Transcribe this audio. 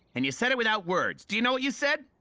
and you said it without words. do you know what you said?